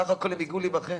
בסך הכול הם הגיעו להיבחן,